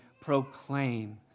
proclaim